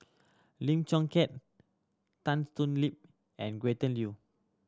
Lim Chong Keat Tan Thoon Lip and Gretchen Liu